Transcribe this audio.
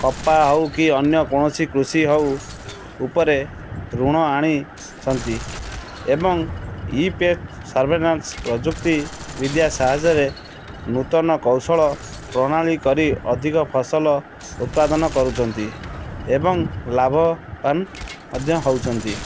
କପା ହେଉ କି ଅନ୍ୟ କୌଣସି କୃଷି ହେଉ ଉପରେ ଋଣ ଆଣିଛନ୍ତି ଏବଂ ଇ ପେଷ୍ଟ ସର୍ଭେଲାନ୍ସ ପ୍ରଯୁକ୍ତି ବିଦ୍ୟା ସାହାଯ୍ୟରେ ନୂତନ କୌଶଳ ପ୍ରଣାଳୀ କରି ଅଧିକ ଫସଲ ଉତ୍ପାଦନ କରୁଛନ୍ତି ଏବଂ ଲାଭବାନ ମଧ୍ୟ ହେଉଛନ୍ତି